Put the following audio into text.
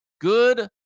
good